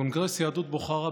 קונגרס יהדות בוכרה,